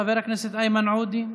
חבר הכנסת איימן עודה,